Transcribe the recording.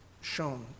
shown